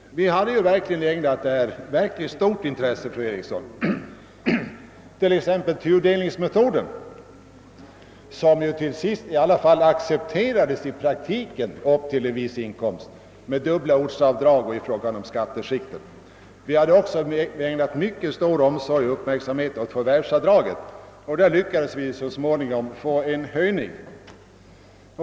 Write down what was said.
Vi hade, som jag sade, ägnat stort in tresse åt t.ex. tudelningsmetoden, som till sist i praktiken accepterades upp till en viss inkomst genom dubbla ortsavdrag och skiktgränserna i skatteskalorna. Vi hade också ägnat stor uppmärksamhet åt förvärvsavdraget, och därvidlag lyckades vi ju så småningom åstadkomma en höjning.